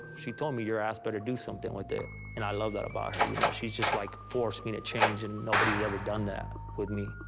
she told me your ass better do something with it and i love that about her you know. she's just like, forced me to change and nobody's ever done that with me.